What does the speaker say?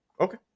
Okay